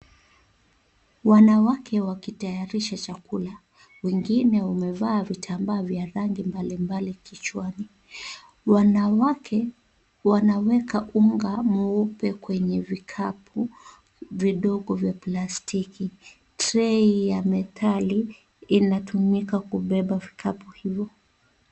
Wanawake wakitayarisha chakula. Wengine wamevaa vitambaa vya rangi mbalimbali kichwani. Wanawake wanaweka unga mweupe kwenye vikapu vidogo vya plastiki. Tray ya metali inatumika kubeba vikapu hivyo.